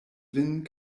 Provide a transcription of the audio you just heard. vin